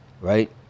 right